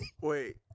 Wait